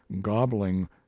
gobbling